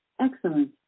Excellent